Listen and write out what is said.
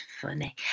funny